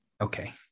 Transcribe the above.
Okay